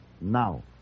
Now